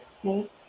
snake